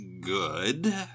good